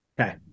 Okay